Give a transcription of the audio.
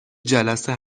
جلسه